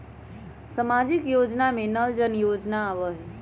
सामाजिक योजना में नल जल योजना आवहई?